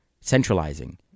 Centralizing